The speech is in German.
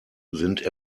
sind